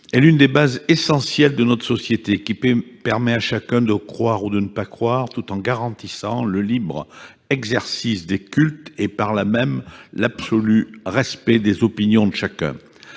est l'une des bases essentielles de notre société, qui permet à chacun de croire ou de ne pas croire, tout en garantissant le libre exercice des cultes et, par là même, l'absolu respect des opinions de chacun.